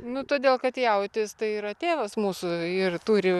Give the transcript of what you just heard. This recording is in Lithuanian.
nu todėl kad jautis tai yra tėvas mūsų ir turi